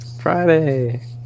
Friday